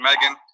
Megan